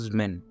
men